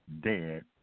dead